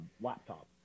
laptop